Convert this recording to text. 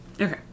Okay